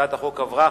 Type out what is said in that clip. הצעת החוק עברה